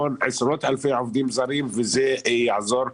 בעצם עשרות אלפי עובדים זרים וזה יעזור.